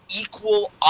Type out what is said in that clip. equal